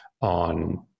on